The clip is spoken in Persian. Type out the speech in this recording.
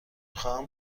خواهم